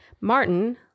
Martin